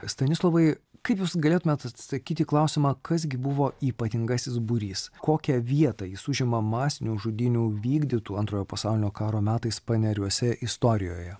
stanislovai kaip jūs galėtumėt atsakyti į klausimą kas gi buvo ypatingasis būrys kokią vietą jis užima masinių žudynių vykdytų antrojo pasaulinio karo metais paneriuose istorijoje